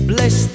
Bless